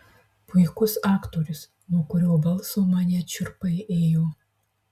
puikus aktorius nuo kurio balso man net šiurpai ėjo